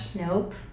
nope